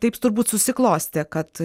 taip turbūt susiklostė kad